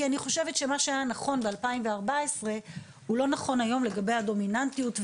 כי אני חושבת שמה שהיה נכון ב-2014 הוא נכון היום לגבי הדומיננטיות.